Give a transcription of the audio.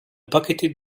pocketed